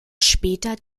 später